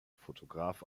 fotograf